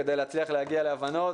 כדי להצליח להגיע להבנות,